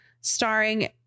starring